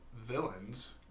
villains